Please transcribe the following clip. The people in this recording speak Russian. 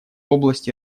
области